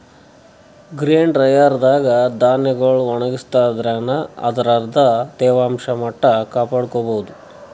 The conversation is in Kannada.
ಗ್ರೇನ್ ಡ್ರೈಯರ್ ದಾಗ್ ಧಾನ್ಯಗೊಳ್ ಒಣಗಸಾದ್ರಿನ್ದ ಅದರ್ದ್ ತೇವಾಂಶ ಮಟ್ಟ್ ಕಾಪಾಡ್ಕೊಭೌದು